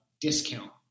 discount